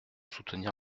soutenir